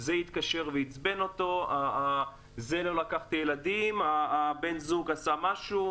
זה עצבן אותו, בן הזוג עשה משהו.